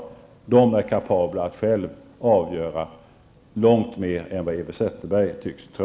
Människorna är kapabla att själva avgöra långt mer än vad Eva Zetterberg tycks tro.